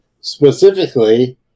Specifically